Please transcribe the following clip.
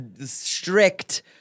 strict